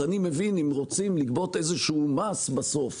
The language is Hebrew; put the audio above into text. אני מבין אם רוצים לגבות איזשהו מס בסוף,